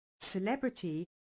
celebrity